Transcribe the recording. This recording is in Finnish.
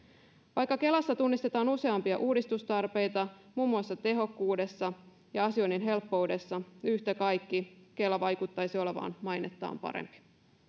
vaikka kelassa tunnistetaan useampia uudistustarpeita muun muassa tehokkuudessa ja asioinnin helppoudessa yhtä kaikki kela vaikuttaisi olevan mainettaan parempi